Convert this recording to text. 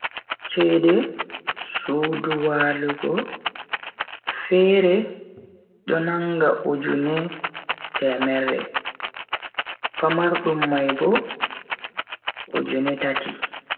Cede sudu walugo fere do nanga ujune temerre, pamardum mai bo ujune tati.